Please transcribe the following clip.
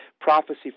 Prophecy